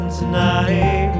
tonight